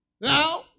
Now